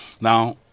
Now